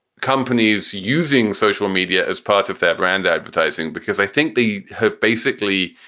companies using social media as part of their brand advertising, because i think they have basically